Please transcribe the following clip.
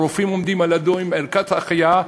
והרופאים עומדים על-ידו עם ערכת החייאה,